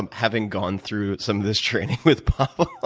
and having gone through some of this training with pavel,